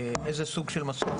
איזה סוג של מסך?